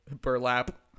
burlap